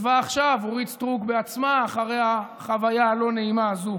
שכתוצאה מהרפורמה הזאת הולכים לפטר את העובדים